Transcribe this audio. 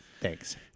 Thanks